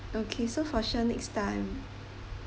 okay so for sure next time